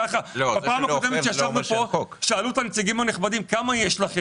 בפעם הקודמת שישבנו כאן שאלו את הנציגים הנכבדים כמה אוכפים יש להם,